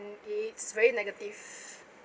it's very negative